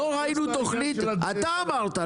אתה אמרת,